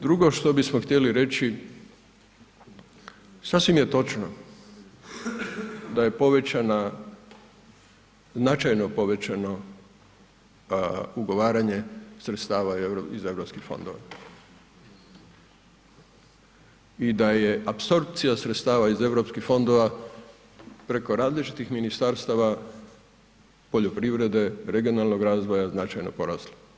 Drugo što bismo htjeli reći, sasvim je točno da je povećana značajno povećano ugovaranje sredstava iz europskih fondova i da je apsorpcija sredstava iz europskih fondova preko različitih ministarstava poljoprivrede, regionalnog razvoja značajno porasla.